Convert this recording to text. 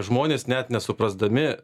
žmonės net nesuprasdami